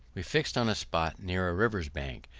we fixed on a spot near a river's bank,